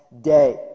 day